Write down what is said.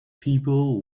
people